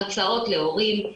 הרצאות להורים,